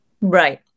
Right